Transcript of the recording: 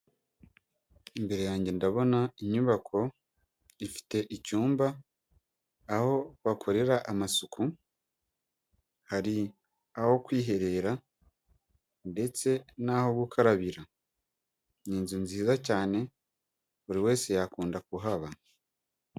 Imbere yanjye ndabona inyubako ifite icyumba, aho bakorera amasuku hari aho kwiherera ndetse n'aho gukarabira, ni inzu nziza cyane buri wese yakunda kuhaba.